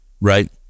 right